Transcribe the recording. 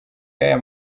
y’aya